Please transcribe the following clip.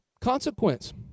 consequence